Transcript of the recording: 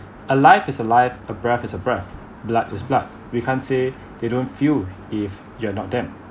a live is a live a breath is a breath blood is blood we can't say they don't feel if you are not them